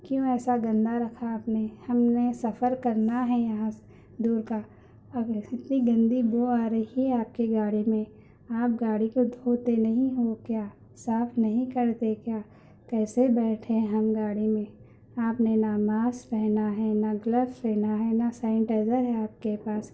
کیوں ایسا گندہ رکھا آپ نے ہیں ہم نے سفر کرنا ہے یہاں سے دور کا اب اتنی گندی بو آ رہی ہے آپ کی گاڑی میں آپ گاڑی کو دھوتے نہیں ہو کیا صاف نہیں کرتے کیا کیسے بیٹھیں ہم گاڑی میں آپ نے نہ ماسک پہنا ہے نہ گلوس پہنا ہے نہ سینی ٹائزر ہےآپ کے پاس